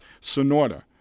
Sonora